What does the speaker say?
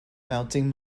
mounting